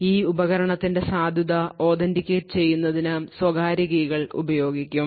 ഈ ഉപകരണത്തിന്റെ സാധുത authenticate ചെയ്യുന്നതിന് സ്വകാര്യ കീകൾ ഉപയോഗിക്കും